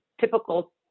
typical